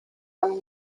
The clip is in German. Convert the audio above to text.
haben